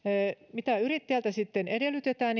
mitä yrittäjältä sitten edellytetään